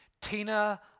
Tina